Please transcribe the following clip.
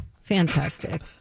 Fantastic